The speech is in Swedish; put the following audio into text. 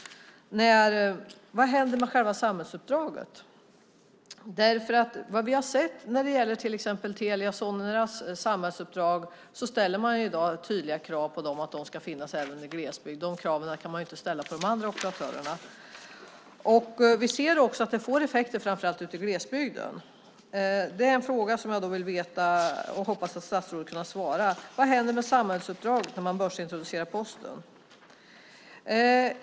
Vad händer med själva samhällsuppdraget? Vad gäller till exempel Telia Soneras samhällsuppdrag ställer man i dag tydliga krav på dem att de ska finnas även i glesbygd. De kraven kan inte ställas på de andra operatörerna. Vi ser att det får effekter framför allt ute i glesbygden. Jag hoppas att statsrådet kan svara på frågan om vad som händer med samhällsuppdraget när Posten börsintroduceras.